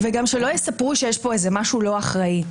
שלא יספרו שיש פה איזה משהו לא אחראי.